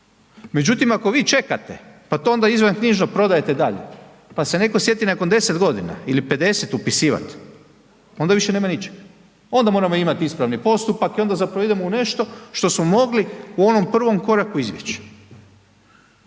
međutim ako vi čekate pa to onda izvanknjižno prodajete dalje, pa se netko sjeti nakon 10 g. ili 50 upisivat, onda više nema ničeg, onda moramo imat ispravni postupak i onda zapravo idemo u nešto što smo mogli u onom prvom koraku izbjeći.